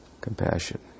Compassion